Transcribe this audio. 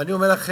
ואני אומר לכם,